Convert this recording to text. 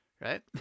right